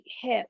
hip